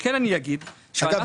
אנחנו